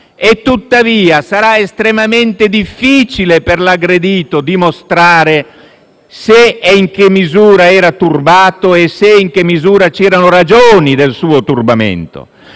Tuttavia, sarà estremamente difficile per l'aggredito dimostrare se e in che misura era turbato e se e in che misura sussistevano le ragioni del suo turbamento.